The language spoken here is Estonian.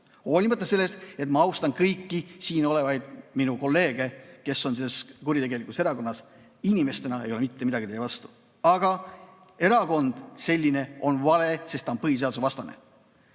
korduvalt. Ma küll austan kõiki siin olevaid kolleege, kes on selles kuritegelikus erakonnas, inimestena ei ole mul mitte midagi teie vastu. Aga erakond kui selline on vale, sest ta on põhiseadusevastane.